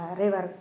river